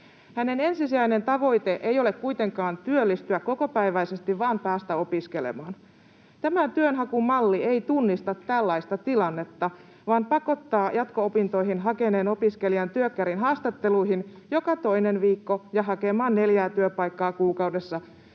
Hänen ensisijainen tavoitteensa ei ole kuitenkaan työllistyä kokopäiväisesti vaan päästä opiskelemaan. Tämä työnhakumalli ei tunnista tällaista tilannetta vaan pakottaa jatko-opintoihin hakeneen opiskelijan työkkärin haastatteluihin joka toinen viikko ja hakemaan neljää työpaikkaa kuukaudessa,